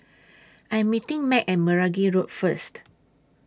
I Am meeting Mack At Meragi Road First